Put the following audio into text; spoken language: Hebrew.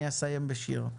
אני אסיים בשיר.